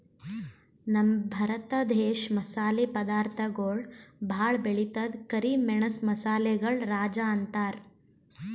ನಮ್ ಭರತ ದೇಶ್ ಮಸಾಲೆ ಪದಾರ್ಥಗೊಳ್ ಭಾಳ್ ಬೆಳಿತದ್ ಕರಿ ಮೆಣಸ್ ಮಸಾಲೆಗಳ್ ರಾಜ ಅಂತಾರ್